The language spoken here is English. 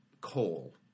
coal